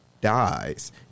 dies